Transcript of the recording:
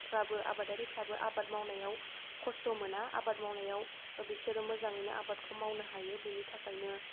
फ्राबो आबादारिफ्राबो आबाद मावनायाव खस्त' मोना आबाद मावनायाव बिसोरो मोजाङैनो आबादखौ मावनो हायो बिनि थाखायनो